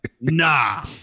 nah